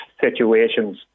situations